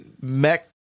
mech